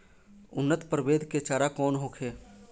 उन्नत प्रभेद के चारा कौन होखे?